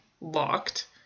locked